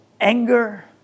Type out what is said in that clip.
anger